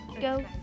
go